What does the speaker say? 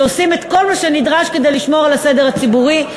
שעושים את כל מה שנדרש כדי לשמור על הסדר הציבורי.